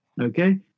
Okay